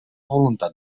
voluntat